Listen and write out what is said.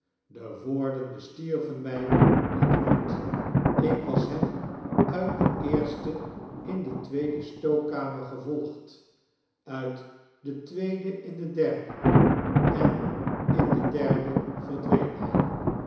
de woorden bestierven my in den mond ik was hem uit de eerste in de tweede stookkakamer gevolgd uit de tweede in de derde en in de derde verdween hy